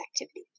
activity